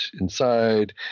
inside